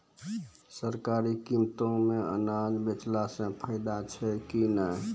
सरकारी कीमतों मे अनाज बेचला से फायदा छै कि नैय?